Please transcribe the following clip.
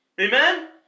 Amen